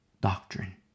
doctrine